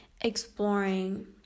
exploring